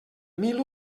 mil